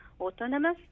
autonomous